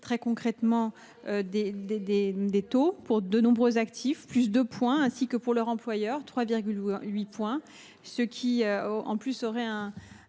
très concrètement les taux pour de nombreux actifs, + 2 points, ainsi que pour leurs employeurs, + 3,8 points. L’emploi serait